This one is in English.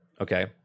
okay